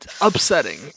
upsetting